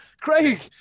Craig